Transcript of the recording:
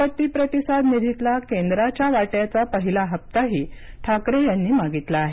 आपत्ती प्रतिसाद निधीतला केंद्राच्या वाट्याचा पहिला हप्ताही ठाकरे यांनी मागितला आहे